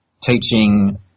teaching